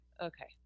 Okay